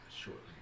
Shortly